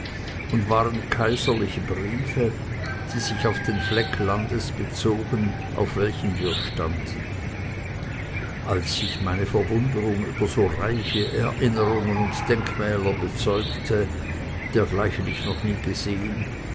und waren kaiserliche briefe die sich auf den fleck landes bezogen auf welchem wir standen als ich meine verwunderung über so reiche erinnerungen und denkmäler bezeugte dergleichen ich noch nie gesehen